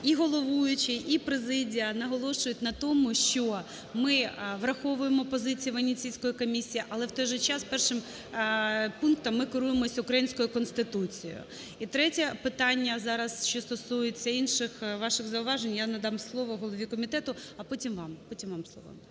І головуючий, і президія наголошують на тому, що ми враховуємо позиції Венеційської комісії, але в той же час першим пунктом ми керуємося українською Конституцією. І третє питання зараз, що стосується інших ваших зауважень, я надам слово голові комітету. А потім вам,